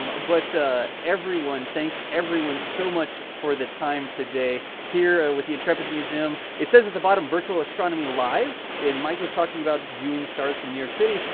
um ah but everyone, thank everyone so much for the time today. here with the intrepid museum. it says at the bottom, virtual astronomy live in. mike was talking about viewing stars from york city.